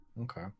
okay